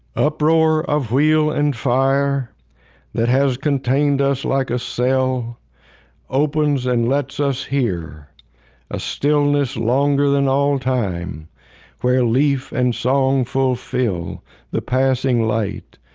uproar of wheel and fire that has contained us like a cell opens and lets us hear a stillness longer than all time where leaf and song fulfill the passing light,